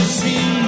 see